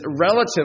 relatively